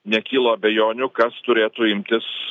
nekilo abejonių kas turėtų imtis